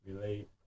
relate